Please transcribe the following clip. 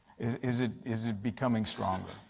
is it is it becoming stronger?